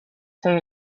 say